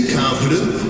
confident